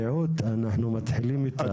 רעות, אנחנו מתחילים איתך.